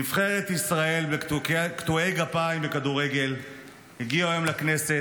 נבחרת ישראל קטועי גפיים בכדורגל הגיעו היום לכנסת,